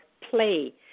play